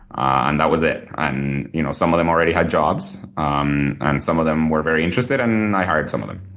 and that was it. and you know some of them already had jobs, um and some of them were very interested. and and i hired some of them,